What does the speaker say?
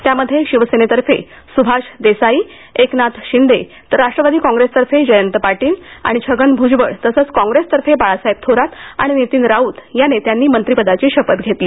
त्यामध्ये शिवसेनेतर्फे सुभाष देसाई एकनाथ शिंदे तर राष्ट्रवादी कॉग्रेसतर्फे जयंत पाटील आणि छगन भ्जबळ तसंच काँग्रेसतर्फे बाळासाहेब थोरात आणि नितीन राऊत या नेत्यांनी मंत्रीपदाची शपथ घेतली